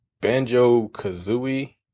Banjo-Kazooie